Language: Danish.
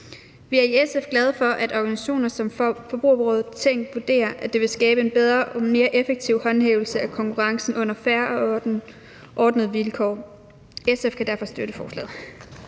Vi er i SF glade for, at en organisation som Forbrugerrådet Tænk vurderer, at det vil skabe en bedre og mere effektiv håndhævelse af konkurrencen på fair og ordnede vilkår. SF kan derfor støtte forslaget.